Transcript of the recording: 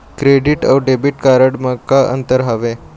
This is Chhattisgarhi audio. क्रेडिट अऊ डेबिट कारड म का अंतर हावे?